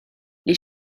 les